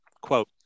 quote